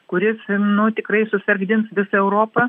kuris nu tikrai susargdins visą europą